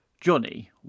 Johnny